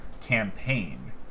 campaign